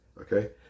okay